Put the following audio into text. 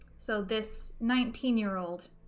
so this nineteen year old